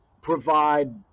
provide